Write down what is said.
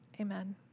Amen